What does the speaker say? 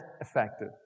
effective